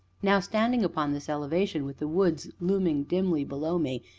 now, standing upon this elevation, with the woods looming dimly below me,